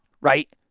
Right